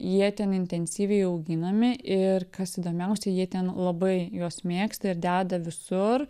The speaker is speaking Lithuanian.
jie ten intensyviai auginami ir kas įdomiausia jie ten labai juos mėgsta ir deda visur